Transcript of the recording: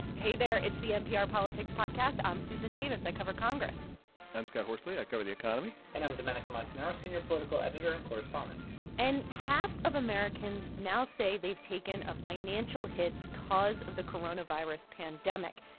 hey there. it's the npr politics podcast i'm susan davis. i cover congress i'm scott horsley. i cover the economy and i'm domenico montanaro, senior political editor and correspondent and half of americans now say they've taken a financial hit because of the coronavirus pandemic.